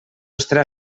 estarà